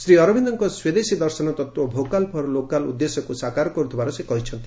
ଶ୍ରୀଅରବିନ୍ଦଙ୍କ ସ୍ୱଦେଶୀ ଦର୍ଶନ ତତ୍ତ୍ୱ 'ଭୋକାଲ୍ ଫର୍ ଲୋକାଲ୍' ଉଦ୍ଦେଶ୍ୟକୁ ସାକାର କରୁଥିବା ସେ କହିଛନ୍ତି